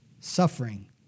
suffering